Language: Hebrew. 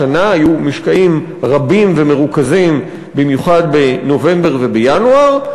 השנה היו משקעים רבים ומרוכזים במיוחד בנובמבר ובינואר,